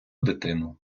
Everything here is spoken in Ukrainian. дитину